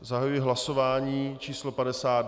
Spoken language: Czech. Zahajuji hlasování číslo 52.